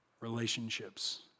relationships